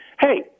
hey